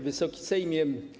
Wysoki Sejmie!